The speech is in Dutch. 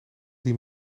die